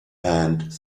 and